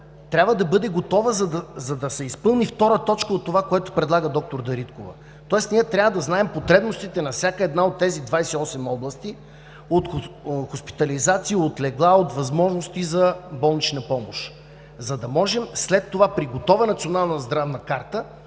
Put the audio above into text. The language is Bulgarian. трябва да бъде готова, за да се изпълни втора точка от това, което предлага доктор Дариткова, тоест ние трябва да знаем потребностите на всяка една от тези 28 области от хоспитализация, от легла, от възможности за болнична помощ, за да можем след това при готова национална здравна карта